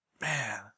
Man